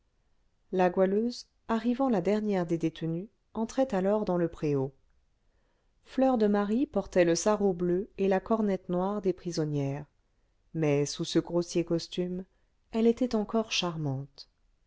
la goualeuse arrivant la dernière des détenues entrait alors dans le préau fleur de marie portait le sarrau bleu et la cornette noire des prisonnières mais sous ce grossier costume elle était encore charmante